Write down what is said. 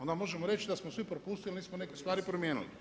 Onda možemo reći da smo svi propustili, jer nismo neke stvari promijenili.